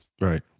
Right